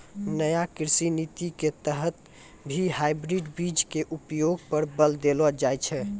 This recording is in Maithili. नया कृषि नीति के तहत भी हाइब्रिड बीज के उपयोग पर बल देलो जाय छै